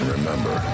Remember